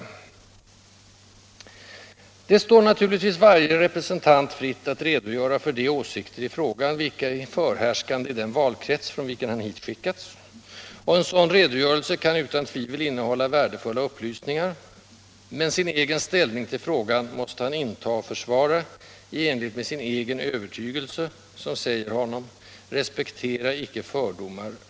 ”Det står naturligtvis varje representant fritt att redogöra för de åsikter i frågan vilka är förhärskande i den valkrets, från vilken han hitskickats, och en sådan redogörelse kan utan tvivel innehålla värdefulla upplysningar, men sin egen ställning till frågan måste han inta och försvara i enlighet med sin egen övertygelse, som säger honom: Respektera icke fördomar!